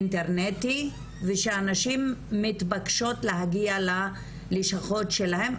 אינטרנטי ושהנשים מתבקשות להגיע לשכות שלהם,